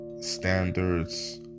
standards